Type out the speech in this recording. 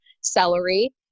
celery